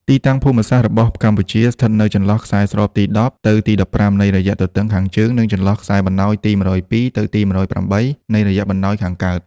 ទីតាំងភូមិសាស្ត្ររបស់កម្ពុជាស្ថិតនៅចន្លោះខ្សែស្របទី១០ ទៅទី១៥ នៃរយៈទទឹងខាងជើង និងចន្លោះខ្សែបណ្តោយទី១០២ ទៅទី១០៨ នៃរយៈបណ្តោយខាងកើត។